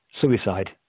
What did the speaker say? suicide